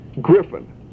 Griffin